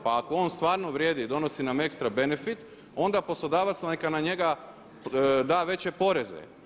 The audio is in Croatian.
Pa ako stvarno vrijedi, i donosi nam ekstra benefit, onda poslodavac neka na njega da veće poreze.